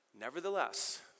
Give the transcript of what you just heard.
Nevertheless